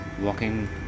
walking